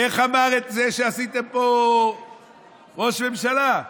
איך אמר זה שעשיתם פה ראש ממשלה?